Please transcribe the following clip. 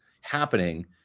happening